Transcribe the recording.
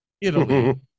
Italy